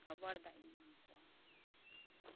ᱟᱵᱟᱨ ᱫᱟᱜ ᱤᱧ ᱮᱢᱟ ᱟᱠᱚᱣᱟ